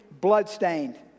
bloodstained